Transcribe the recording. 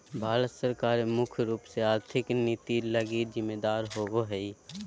भारत सरकार मुख्य रूप से आर्थिक नीति लगी जिम्मेदर होबो हइ